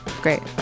Great